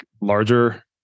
larger